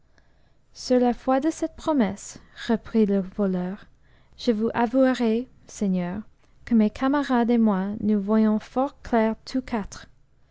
sur la foi de cette promesse reprit le voleur je vous avouerai seigneur que mes camarades et moi nous voyons fort clair tous quatre